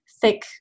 thick